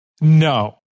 No